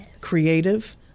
creative